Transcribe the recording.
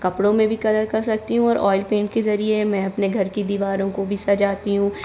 कपड़ों मे भी कलर कर सकती हूँ और ऑइल पेंट के ज़रिए मैं अपने घर की दिवारों को भी सजाती हूँ